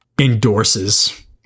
endorses